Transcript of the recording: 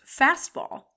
fastball